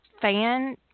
fan